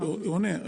אני עונה.